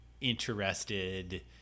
interested